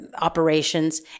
operations